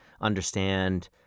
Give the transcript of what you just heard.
understand